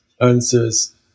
answers